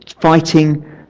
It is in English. fighting